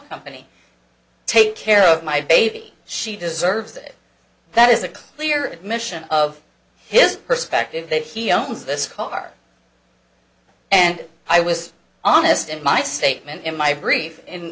company take care of my baby she deserves it that is a clear admission of his perspective that he owns this car and i was honest in my statement in my brief in